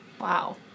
Wow